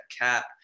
cap